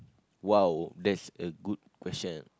!wow! that's a good question